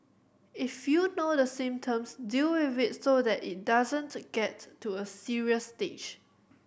if you know the symptoms deal with it so that it doesn't get to a serious stage